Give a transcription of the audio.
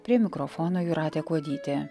prie mikrofono jūratė kuodytė